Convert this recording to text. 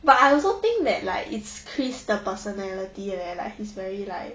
but I also think that like it's chris the personality leh like he's very like